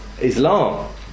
Islam